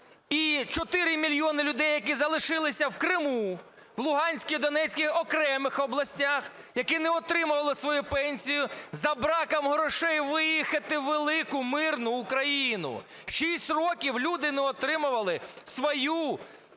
і 4 мільйони людей, які залишилися в Криму, в Луганській і Донецькій окремих областях, які не отримували свою пенсію, за браком грошей виїхати у велику мирну Україну! Шість років люди не отримували свою